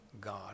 god